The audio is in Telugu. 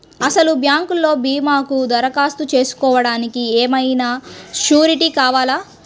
అసలు బ్యాంక్లో భీమాకు దరఖాస్తు చేసుకోవడానికి ఏమయినా సూరీటీ కావాలా?